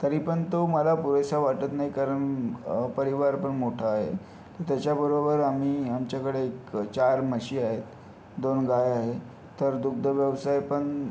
तरीपण तो मला पुरेसा वाटत नाही कारण परिवारपण मोठा आहे त्याच्याबरोबर आम्ही आमच्याकडे एक चार म्हशी आहेत दोन गाय आहे तर दुग्ध व्यवसायपण